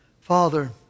Father